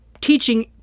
teaching